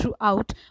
throughout